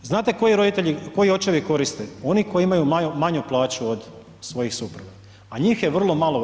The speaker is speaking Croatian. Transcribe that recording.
Znate koji roditelji, koji očevi koriste oni koji imaju manju plaću od svojih supruga, a njih je vrlo malo u RH.